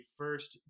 first